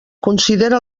considera